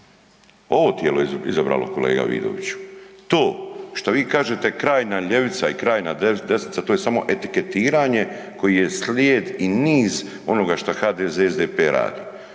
Ovo tijelo je izabralo kolega Vidoviću. To što vi kažete krajnja ljevica i krajnja desnica to je samo etiketiranje koji je slijed i niz onoga šta HDZ i SDP radi.